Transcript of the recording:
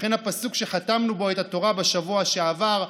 וכן הפסוק שחתמנו בו את התורה בשבוע שעבר: